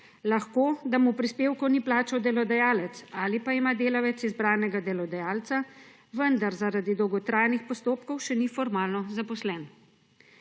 Lahko da mu prispevkov ni plačal delodajalec ali pa ima delavec izbranega delodajalca, vendar zaradi dolgotrajnih postopkov še ni formalno zaposlen,